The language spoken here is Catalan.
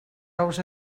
ous